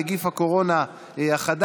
הנגיף הקורונה החדש),